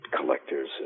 collectors